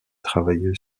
travailler